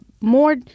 more